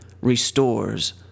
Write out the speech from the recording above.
restores